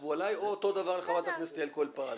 כתבו עלי או אותו דבר על חברת הכנסת יעל כהן פארן.